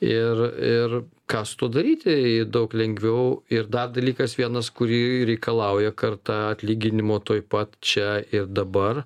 ir ir ką su tuo daryti daug lengviau ir dar dalykas vienas kurį reikalauja karta atlyginimo tuoj pat čia ir dabar